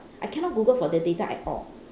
I cannot google for the data at all